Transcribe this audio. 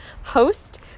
host